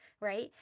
right